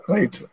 Right